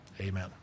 Amen